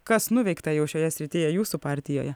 kas nuveikta jau šioje srityje jūsų partijoje